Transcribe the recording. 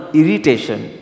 irritation